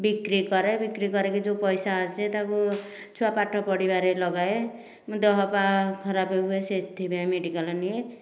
ବିକ୍ରି କରେ ବିକ୍ରି କରିକି ଯେଉଁ ପଇସା ଆସେ ତାକୁ ଛୁଆ ପାଠ ପଢ଼ିବାରେ ଲଗାଏ ଦେହ ପା ଖରାପ ହୁଏ ସେଥିପାଇଁ ମେଡ଼ିକାଲ ନିଏ